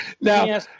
Now